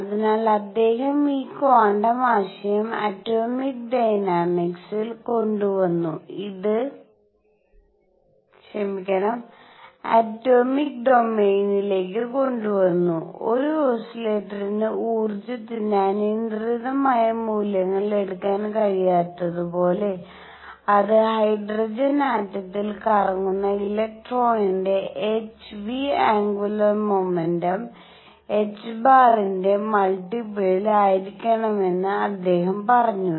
അതിനാൽ അദ്ദേഹം ഈ ക്വാണ്ടം ആശയം ആറ്റോമിക് ഡൊമെയ്നിലേക്ക് കൊണ്ടുവന്നു ഒരു ഓസിലേറ്ററിന് ഊർജ്ജത്തിന്റെ അനിയന്ത്രിതമായ മൂല്യങ്ങൾ എടുക്കാൻ കഴിയാത്തതുപോലെ അത് ഹൈഡ്രജൻ ആറ്റത്തിൽ കറങ്ങുന്ന ഇലക്ട്രോണിന്റെ h ν ആന്ഗുലർ മോമെന്റും ആന്ഗുലർ മോമെന്റും ℏ ന്റെ മൾട്ടിപ്ലികളിൽ ആയിരിക്കണമെന്ന് അദ്ദേഹം പറഞ്ഞു